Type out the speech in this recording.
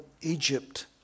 Egypt